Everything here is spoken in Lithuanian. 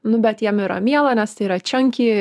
nu bet jam yra miela nes tai yra čianky